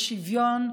לשוויון ולחירות.